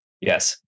Yes